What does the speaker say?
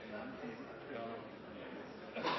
dem som